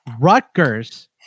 Rutgers